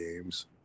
games